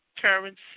currency